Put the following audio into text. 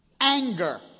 Anger